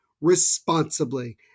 responsibly